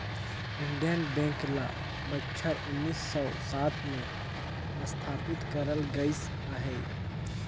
Indian Bank ल बछर उन्नीस सव सात में असथापित करल गइस अहे